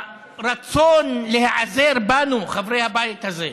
והרצון להיעזר בנו, חברי הבית הזה,